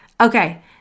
Okay